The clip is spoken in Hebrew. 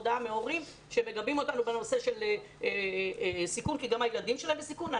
הודעה מהורים שמגבים אותנו בנושא של סיכון שגם הילדים שלהם בסיכון.